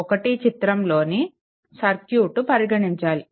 1 చిత్రంలోని సర్క్యూట్ పరిగణించాలి